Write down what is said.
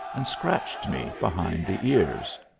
and scratched me behind the ears.